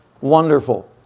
Wonderful